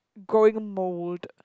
growing mould